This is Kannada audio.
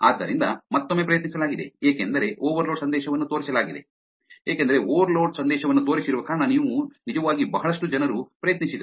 ಆದ್ದರಿಂದ ಮತ್ತೊಮ್ಮೆ ಪ್ರಯತ್ನಿಸಲಾಗಿದೆ ಏಕೆಂದರೆ ಓವರ್ಲೋಡ್ ಸಂದೇಶವನ್ನು ತೋರಿಸಲಾಗಿದೆ ಏಕೆಂದರೆ ಓವರ್ಲೋಡ್ ಸಂದೇಶವನ್ನು ತೋರಿಸಿರುವ ಕಾರಣ ನಿಜವಾಗಿ ಬಹಳಷ್ಟು ಜನರು ಪ್ರಯತ್ನಿಸಿದರು